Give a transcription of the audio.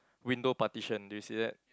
window partition do you see that